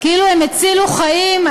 הם הצילו חיים.